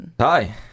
Hi